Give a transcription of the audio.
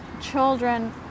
children